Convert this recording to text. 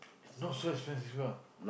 not so expensive ah